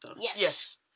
Yes